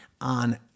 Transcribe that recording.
on